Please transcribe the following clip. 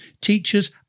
teachers